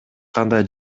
кандай